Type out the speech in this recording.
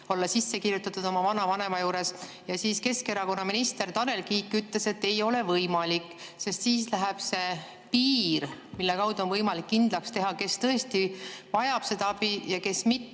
olla sisse kirjutatud oma vanavanema juures. Ja siis Keskerakonna minister Tanel Kiik ütles, et ei ole võimalik, sest siis läheb see piir, mille kaudu on võimalik kindlaks teha, kes tõesti vajab seda abi ja kes mitte,